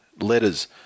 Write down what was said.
Letters